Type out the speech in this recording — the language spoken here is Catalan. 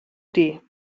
dir